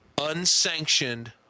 unsanctioned